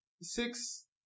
six